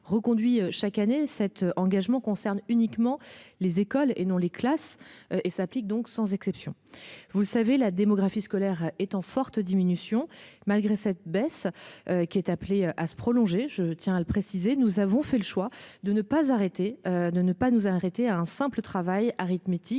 Reconduit chaque année cet engagement concerne uniquement les écoles et non les classes et s'applique donc sans exception. Vous savez la démographie scolaire est en forte diminution. Malgré cette baisse qui est appelée à se prolonger, je tiens à le préciser, nous avons fait le choix de ne pas arrêter de ne pas nous arrêter à un simple travail arithmétique